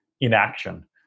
inaction